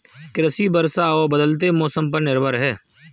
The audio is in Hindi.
कृषि वर्षा और बदलते मौसम पर निर्भर है